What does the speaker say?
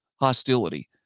hostility